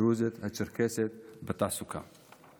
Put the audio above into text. הדרוזית והצ'רקסית בתעסוקה.